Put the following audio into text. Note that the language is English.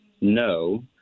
no